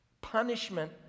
punishment